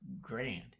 grand